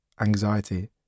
anxiety